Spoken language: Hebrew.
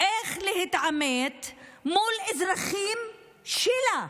איך להתעמת עם האזרחים שלה.